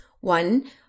One